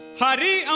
Hari